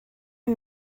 une